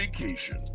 Vacation